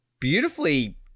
beautifully